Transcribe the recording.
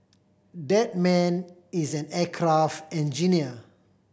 that man is an aircraft engineer